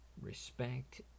respect